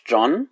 John